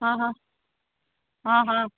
हा हा हा हा